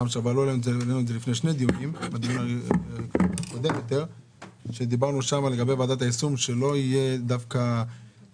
העלינו את זה לפני שני דיונים דיברנו שלא תהיה זכות